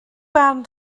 barn